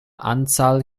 anzahl